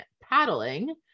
paddling